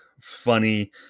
funny